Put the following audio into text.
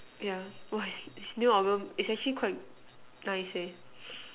yeah !wah! his new albums is actually quite nice eh